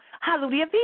Hallelujah